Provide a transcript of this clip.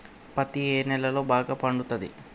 పత్తి ఏ నేలల్లో బాగా పండుతది?